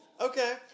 Okay